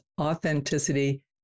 authenticity